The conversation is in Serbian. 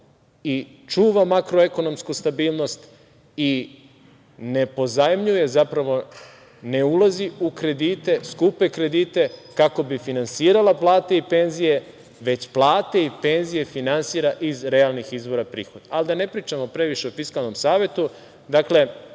i čuva makroekonomsku stabilnost i ne pozajmljuje, zapravo, ne ulaze u kredite, skupe kredite kako bi finansirala plate i penzije, već plate i penzije finansira iz realnih izvora prihoda. Ali, da ne pričamo previše o Fiskalnom savetu, dakle,